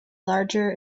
larger